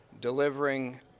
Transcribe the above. Delivering